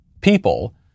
people